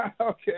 Okay